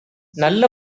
நல்ல